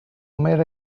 mad